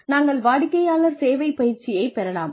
நாங்கள் வாடிக்கையாளர் சேவை பயிற்சியை பெறலாம்